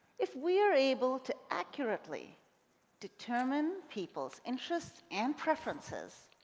if we're able to accurately determine people's interests and preferences,